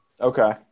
Okay